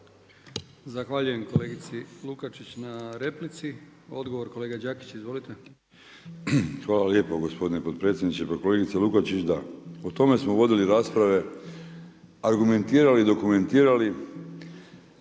Zahvaljujem kolegici Lukačić na replici. Odgovor kolega Đakić, izvolite. **Đakić, Josip (HDZ)** Hvala lijepo gospodine potpredsjedniče. Pa kolegice Lukačić, da, o tome smo vodili rasprave, argumentirali i dokumentirali,